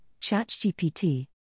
ChatGPT